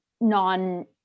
non